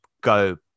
go